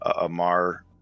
Amar